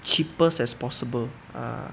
cheapest as possible ah